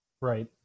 Right